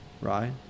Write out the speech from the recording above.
right